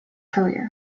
career